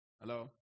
Hello